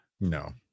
no